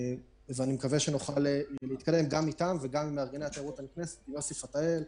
אני מקווה שנוכל להתקדם גם איתם וגם עם מארגני --- יוסי פתאל.